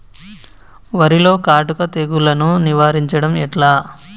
వరిలో కాటుక తెగుళ్లను నివారించడం ఎట్లా?